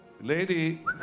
lady